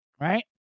right